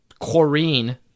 Corrine